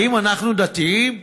האם אנחנו דתיים?